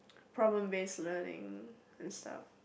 problem based learning and stuff